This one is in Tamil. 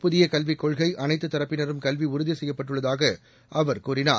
புதிய கல்விக் கொள்கை அனைத்து தரப்பினரும் கல்வி உறுதி செய்யப்பட்டுள்ளதாக அவர் கூறினார்